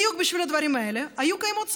בדיוק בשביל הדברים האלה היו קיימות סייעות.